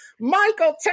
Michael